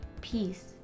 peace